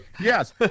yes